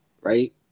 Right